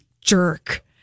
Jerk